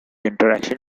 interaction